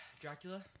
Dracula